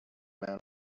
men